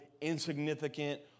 insignificant